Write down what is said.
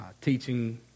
teaching